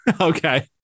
okay